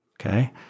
okay